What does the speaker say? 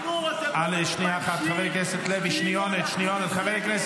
זה חוק ראוי